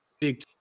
Big